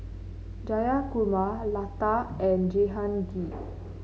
Jayakumar Lata and Jehangirr